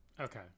Okay